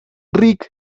rick